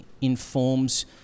informs